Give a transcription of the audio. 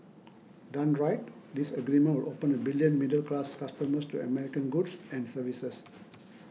done right this agreement will open a billion middle class customers to American goods and services